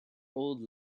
old